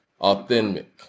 authentic